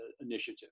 initiative